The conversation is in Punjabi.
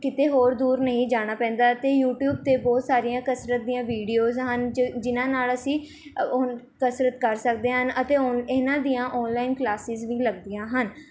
ਕਿਤੇ ਹੋਰ ਦੂਰ ਨਹੀਂ ਜਾਣਾ ਪੈਂਦਾ ਅਤੇ ਯੂਟਿਊਬ 'ਤੇ ਬਹੁਤ ਸਾਰੀਆਂ ਕਸਰਤ ਦੀਆਂ ਵੀਡੀਓਜ਼ ਹਨ ਜ ਜਿਨ੍ਹਾਂ ਨਾਲ਼ ਅਸੀਂ ਅੋਨ ਕਸਰਤ ਕਰ ਸਕਦੇ ਹਨ ਅਤੇ ਹੁਣ ਇਹਨਾਂ ਦੀਆਂ ਔਨਲਾਈਨ ਕਲਾਸਿਜ਼ ਵੀ ਲੱਗਦੀਆਂ ਹਨ